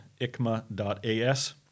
icma.as